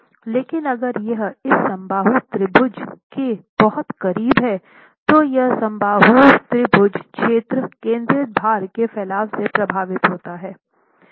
लेकिन अगर यह इस समबाहु त्रिभुजके बहुत करीब है तो यह समबाहु त्रिभुज क्षेत्र केंद्रित भार के फैलाव से प्रभावित होता है